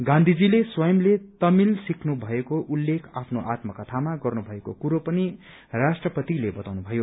गाँधीजीले स्वयंले तमिल सिख्नु भएको उल्लेख आफ्नो आत्मकथामा गर्नुभएको कुरो पनि राष्ट्रपतिले भन्नुभयो